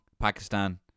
Pakistan